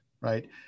right